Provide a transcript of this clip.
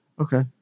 Okay